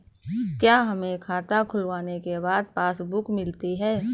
क्या हमें खाता खुलवाने के बाद पासबुक मिलती है?